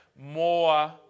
more